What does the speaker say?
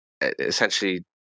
essentially